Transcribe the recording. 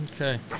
okay